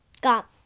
Got